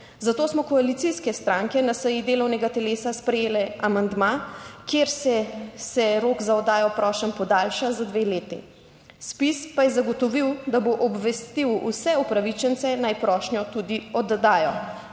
Zato smo koalicijske stranke na seji delovnega telesa sprejele amandma, kjer se rok za oddajo prošenj podaljša za dve leti. ZPIZ pa je zagotovil, da bo obvestil vse upravičence, naj prošnjo tudi oddajo,